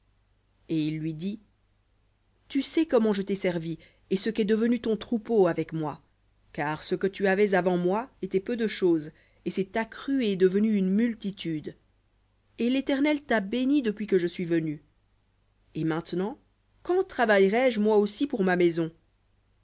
et il lui dit tu sais comment je t'ai servi et ce qu'est devenu ton troupeau avec moi car ce que tu avais avant moi était peu de chose et s'est accru et est devenu une multitude et l'éternel t'a béni depuis que je suis venu et maintenant quand travaillerai je moi aussi pour ma maison